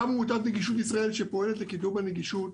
גם עמותת נגישות ישראל שפועלת לקידום הנגישות